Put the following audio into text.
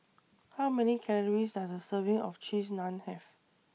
How Many Calories Does A Serving of Cheese Naan Have